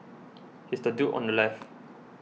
he's the dude on the left